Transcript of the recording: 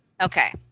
Okay